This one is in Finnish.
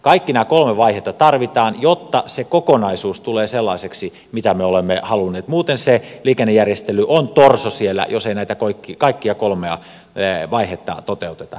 kaikki nämä kolme vaihetta tarvitaan jotta se kokonaisuus tulee sellaiseksi jollaista me olemme halunneet muuten se liikennejärjestely on torso siellä jos ei näitä kaikkia kolmea vaihetta toteuteta